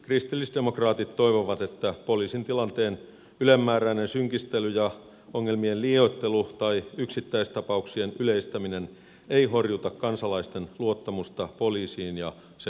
kristillisdemokraatit toivovat että poliisin tilanteen ylenmääräinen synkistely ja ongelmien liioittelu tai yksittäistapauksien yleistäminen eivät horjuta kansalaisten luottamusta poliisiin ja sen toimintakykyyn